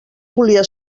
volia